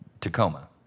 tacoma